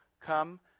come